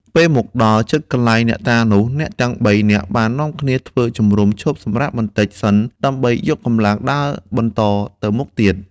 ពេលមកដល់ជិតកន្លែងអ្នកតានោះ អ្នកទាំងបីនាក់បាននាំគ្នាធ្វើជំរំឈប់សម្រាកបន្តិចសិន ដើម្បីយកកម្លាំងដើរបន្តទៅមុខទៀត។